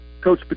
Coach